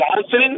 Johnson